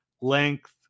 length